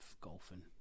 golfing